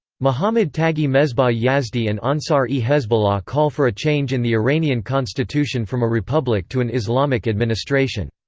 mohammad taghi mesbah yazdi and ansar-e-hezbollah call for a change in the iranian constitution from a republic to an islamic administration.